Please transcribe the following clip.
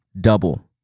double